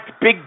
big